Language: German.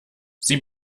sie